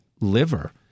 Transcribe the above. liver